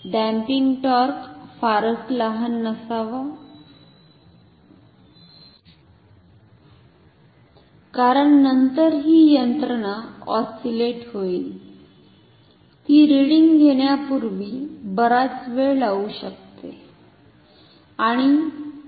damping torque फारच लहान नसावा कारण नंतर ही यंत्रणा ऑस्सिलेट होईल ति रिडींग घेण्यापुर्वी बराच वेळ लावु शकते